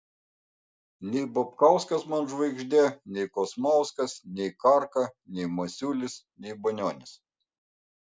nei babkauskas man žvaigždė nei kosmauskas nei karka nei masiulis nei banionis